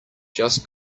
just